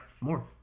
more